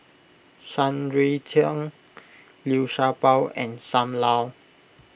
Shan Rui Tang Liu Sha Bao and Sam Lau